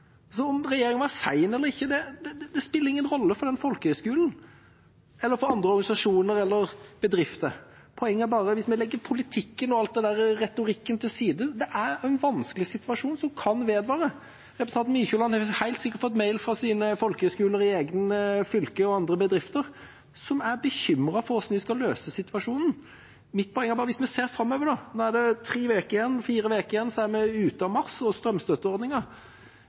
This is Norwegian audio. Om regjeringa var sen eller ikke, spiller ingen rolle for den folkehøyskolen eller for andre organisasjoner eller for bedrifter. Poenget er bare at hvis vi legger politikken og all denne retorikken til side, er dette en vanskelig situasjon som kan vedvare. Representanten Mykjåland har helt sikkert fått e-mail fra folkehøyskoler og andre bedrifter i sitt eget fylke som er bekymret for hvordan de skal løse situasjonen. Mitt poeng er bare at hvis vi ser framover, er det sånn at nå er det tre–fire uker igjen, og så er vi ute av mars og